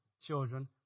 children